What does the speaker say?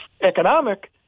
economic